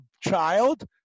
child